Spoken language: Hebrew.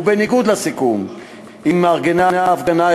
ובניגוד לסיכום עם מארגני ההפגנה,